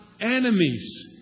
enemies